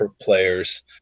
players